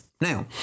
Now